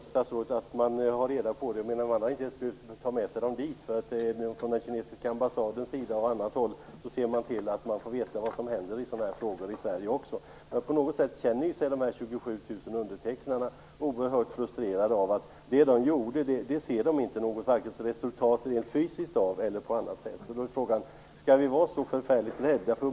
Fru talman! Jag är övertygad om att man har reda på det. Men man har inte ens brytt sig om att ta med sig underskrifterna dit. På den kinesiska ambassaden ser man till att få veta vad som händer också i Sverige. På något sätt känner sig de 27 000 undertecknarna oerhört frustrerade av att de inte ser något resultat rent fysiskt av det som de gjorde.